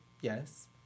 Yes